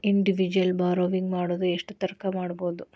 Individual borrowing ಮಾಡೊದಾರ ಯೆಷ್ಟರ್ತಂಕಾ ಮಾಡ್ಬೋದು?